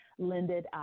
lended